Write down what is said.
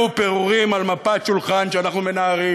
פירורים על מפת שולחן שאנחנו מנערים,